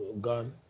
gun